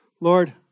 Lord